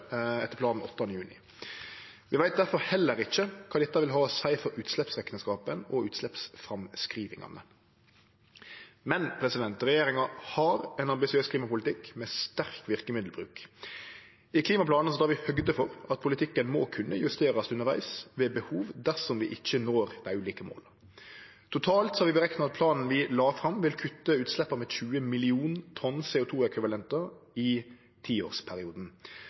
etter planen 8. juni. Vi veit difor heller ikkje kva dette vil ha å seie for utsleppsrekneskapen og utsleppsframskrivingane. Men regjeringa har ein ambisiøs klimapolitikk med sterk verkemiddelbruk. I klimaplanen tar vi høgd for at politikken må kunne justerast undervegs ved behov dersom vi ikkje når dei ulike måla. Totalt har vi berekna at planen vi la fram, vil kutte utsleppa med 20 millionar tonn CO 2 -ekvivalentar i tiårsperioden.